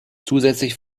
zusätzlich